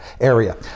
area